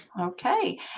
Okay